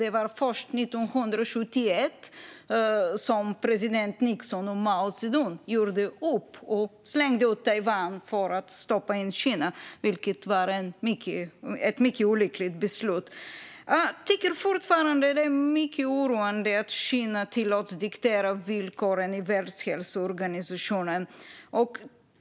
Det var först 1971 som president Nixon och Mao Zedong gjorde upp och slängde ut Taiwan för att stoppa in Kina, vilket var ett mycket olyckligt beslut. Jag tycker fortfarande att det är mycket oroande att Kina tillåts diktera villkoren i Världshälsoorganisationen.